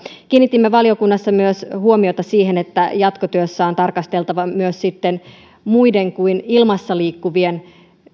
kiinnitimme valiokunnassa myös huomiota siihen että jatkotyössä on tarkasteltava myös sitten muita kuin ilmassa liikkuvia